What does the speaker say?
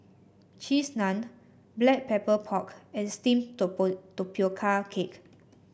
Cheese Naan Black Pepper Pork and steamed Tapioca Cake